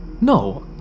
No